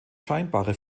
scheinbare